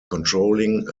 controlling